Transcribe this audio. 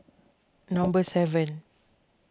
number seven